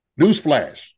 newsflash